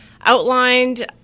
Outlined